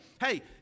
hey